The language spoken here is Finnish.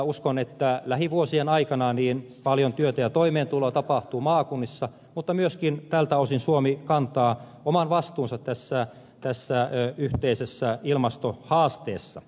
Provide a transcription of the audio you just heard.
uskon että lähivuosien aikana paljon työtä ja toimeentuloa tapahtuu maakunnissa mutta myöskin tältä osin suomi kantaa oman vastuunsa tässä yhteisessä ilmastohaasteessa